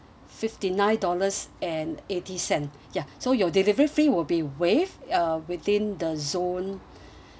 fifty nine dollars and eighty cent ya so your delivery fee will be waived uh within the zone